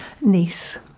niece